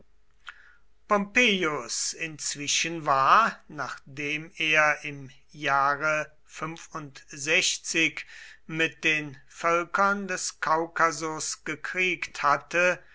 inzwischen war nachdem er im jahre mit den völkern des kaukasus gekriegt hatte